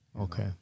okay